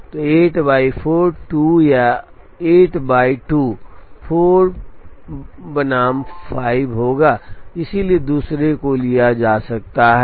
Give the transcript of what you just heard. तो 8 बाय 4 2 या 8 बाय 2 4 बनाम 5 होगा इसलिए दूसरे को लिया जा सकता है